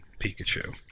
Pikachu